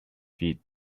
feet